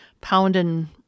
pounding